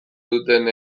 duten